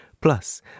Plus